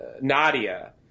Nadia